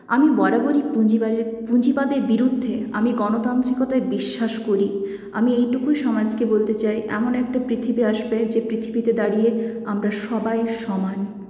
আমি বরাবরই পুঁজিবারে পুঁজিবাদের বিরুদ্ধে আমি গণতান্ত্রিকতায় বিশ্বাস করি আমি এইটুকুই সমাজকে বলতে চাই এমন একটা পৃথিবী আসবে যে পৃথিবীতে দাঁড়িয়ে আমরা সবাই সমান